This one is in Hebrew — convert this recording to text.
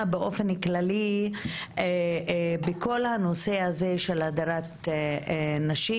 באופן כללי בכל הנושא הזה של הדרת נשים,